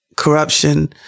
corruption